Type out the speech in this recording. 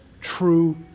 true